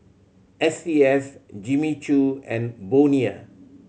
S C S Jimmy Choo and Bonia